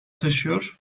taşıyor